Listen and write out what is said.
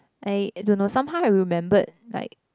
I don't know somehow I remembered like